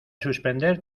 suspender